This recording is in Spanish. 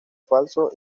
falso